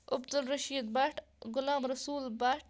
Abdul Rashid Bhat Ghulam Rasool Bhat